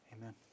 Amen